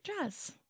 dress